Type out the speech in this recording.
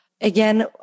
Again